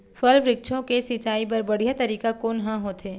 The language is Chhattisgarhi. फल, वृक्षों के सिंचाई बर बढ़िया तरीका कोन ह होथे?